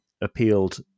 appealed